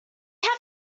have